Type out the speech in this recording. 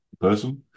person